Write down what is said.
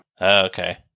Okay